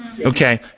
Okay